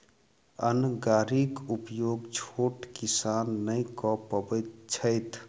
अन्न गाड़ीक उपयोग छोट किसान नै कअ पबैत छैथ